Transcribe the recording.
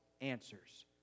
answers